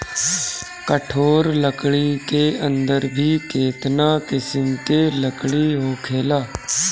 कठोर लकड़ी के अंदर भी केतना किसिम के लकड़ी होखेला